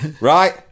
right